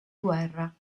guerra